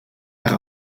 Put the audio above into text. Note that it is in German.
nach